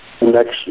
next